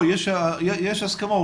יש הסכמה.